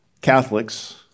Catholics